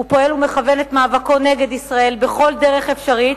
הוא פועל ומכוון את מאבקו נגד ישראל בכל דרך אפשרית